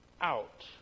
out